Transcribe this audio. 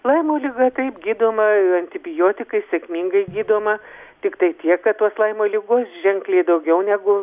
laimo liga taip gydoma antibiotikais sėkmingai gydoma tiktai tiek kad tos laimo ligos ženkliai daugiau negu